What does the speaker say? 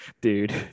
dude